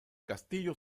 castillo